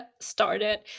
started